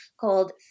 called